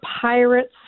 Pirates